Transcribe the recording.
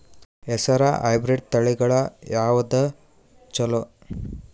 ಹೆಸರ ಹೈಬ್ರಿಡ್ ತಳಿಗಳ ಯಾವದು ಚಲೋ?